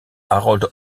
harold